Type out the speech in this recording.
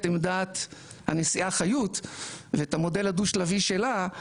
עמדת הנשיאה חיות ואת המודל הדו שלבי שלה,